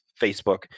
Facebook